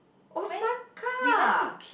Osaka